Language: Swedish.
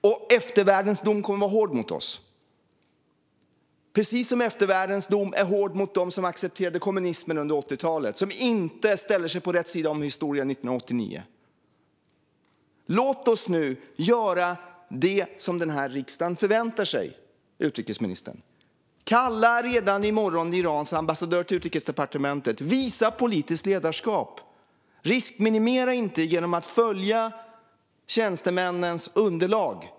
Och eftervärldens dom kommer att bli hård mot oss, precis som eftervärldens dom är hård mot dem som accepterade kommunismen under 80-talet och inte ställde sig på rätt sida om historien 1989. Låt oss nu göra det som riksdagen förväntar sig, utrikesministern. Kalla redan i morgon Irans ambassadör till Utrikesdepartementet, visa politiskt ledarskap och riskminimera inte genom att följa tjänstemännens underlag!